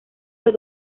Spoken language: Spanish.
los